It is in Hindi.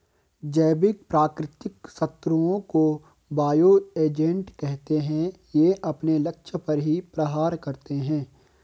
जैविक प्राकृतिक शत्रुओं को बायो एजेंट कहते है ये अपने लक्ष्य पर ही प्रहार करते है